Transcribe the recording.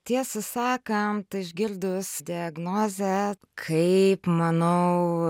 tiesą sakant išgirdus diagnozę kaip manau